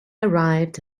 arrived